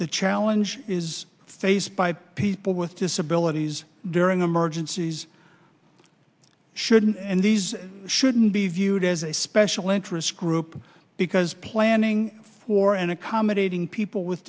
the challenge is faced by people with disabilities during emergencies shouldn't and these shouldn't be viewed as a special interest group because planning for an accommodating people with